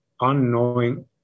unknowing